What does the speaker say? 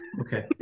Okay